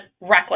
reckless